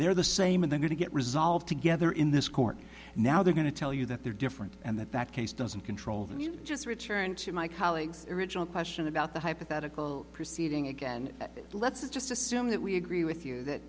they're the same and they're going to get resolved together in this court and now they're going to tell you that they're different and that that case doesn't control them you just return to my colleague's original question about the hypothetical proceeding again let's just assume that we agree with you that